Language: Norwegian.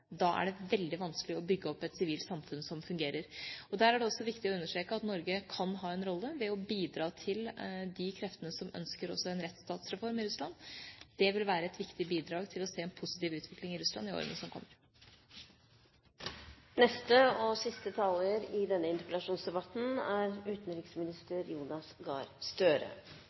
er det veldig vanskelig å bygge opp et sivilt samfunn som fungerer. Det er også viktig å understreke at Norge kan ha en rolle ved å bidra til de kreftene som ønsker også en rettsstatsreform i Russland. Det vil være et viktig bidrag til å få se en positiv utvikling i Russland i årene som kommer. Dette har vært en interessant og nyttig debatt. En refleksjon som gjør seg sånn på tampen, er